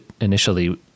initially